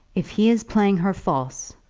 if he is playing her false,